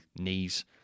knees